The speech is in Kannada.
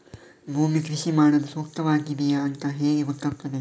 ಭೂಮಿ ಕೃಷಿ ಮಾಡಲು ಸೂಕ್ತವಾಗಿದೆಯಾ ಅಂತ ಹೇಗೆ ಗೊತ್ತಾಗುತ್ತದೆ?